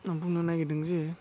आं बुंनो नागिरदों जे